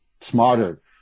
smarter